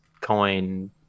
coin